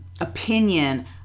opinion